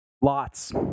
lots